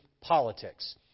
politics